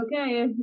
okay